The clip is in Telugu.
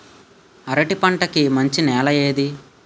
అరటి పంట కి మంచి నెల ఏది?